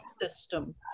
System